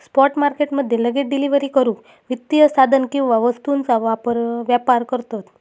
spot market मध्ये लगेच delivery करूक वित्तीय साधन किंवा वस्तूंचा व्यापार करतत